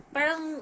Parang